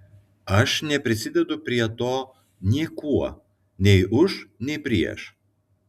aš neprisidedu prie to niekuo nei už nei prieš